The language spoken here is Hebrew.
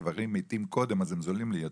הגברים מתים קודם אז הם זולים לי יותר.